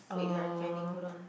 wait lah I'm finding hold on